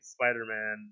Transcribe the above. Spider-Man